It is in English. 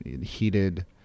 heated